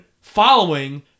following